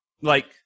like-